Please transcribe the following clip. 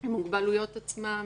עם מוגבלויות עצמם,